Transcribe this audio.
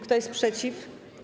Kto jest przeciw?